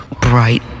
bright